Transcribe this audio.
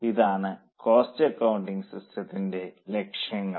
ഇതാണ് cost accounting സിസ്റ്റ്ത്തിന്റെ ലക്ഷ്യങ്ങൾ